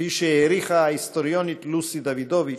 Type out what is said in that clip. כפי שהעריכה ההיסטוריונית לוסי דווידוביץ,